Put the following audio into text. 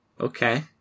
Okay